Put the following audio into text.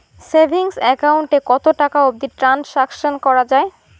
Savings account এ কতো টাকা অবধি ট্রানসাকশান করা য়ায়?